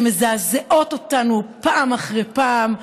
שמזעזעות אותנו פעם אחרי פעם.